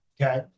Okay